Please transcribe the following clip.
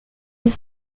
hoop